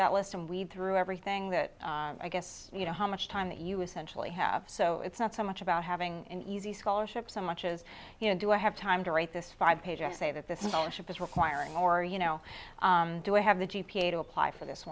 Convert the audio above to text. that list and weave through everything that i guess you know how much time that you essentially have so it's not so much about having an easy scholarship so much as you know do i have time to write this five page essay that this whole ship is requiring more you know do i have the g p a to apply for this